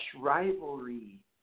rivalry